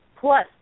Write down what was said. Plus